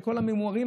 שכל הממורמרים,